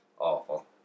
Awful